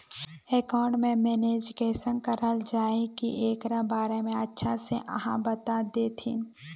Account के manage कुंसम कराल जाय है की एकरा बारे में अच्छा से आहाँ बता देतहिन?